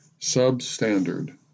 substandard